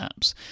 apps